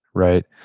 right?